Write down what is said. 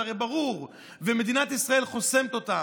זה הרי ברור, ומדינת ישראל חוסמת אותם.